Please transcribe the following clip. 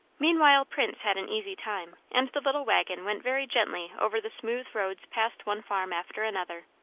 meanwhile prince had an easy time and the little waggon went very gently over the smooth roads past one farm after another.